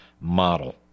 model